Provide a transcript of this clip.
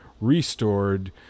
restored